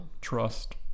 trust